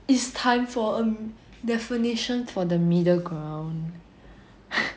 it's time for a definition for the middle ground